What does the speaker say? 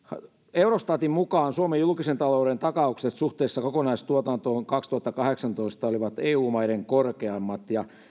eurostatin mukaan suomen julkisen talouden takaukset suhteessa kokonaistuotantoon vuonna kaksituhattakahdeksantoista olivat eu maiden korkeimmat ja